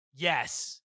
Yes